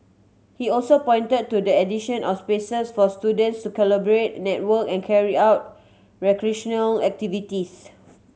he also pointed to the addition of spaces for students to collaborate network and carry out recreational activities